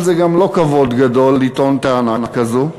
אבל זה גם לא כבוד גדול לטעון טענה כזאת,